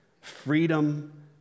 freedom